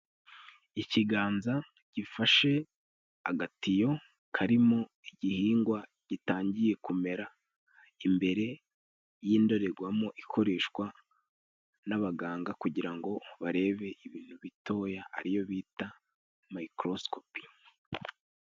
Ikiganza gifashe agatiyo kari mo igihingwa gitangiye kumera, imbere y'indorerwamo ikoreshwa n'abaganga, kugirango barebe ibintu bitoya ari yo bita mayikorosikopi.